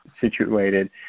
situated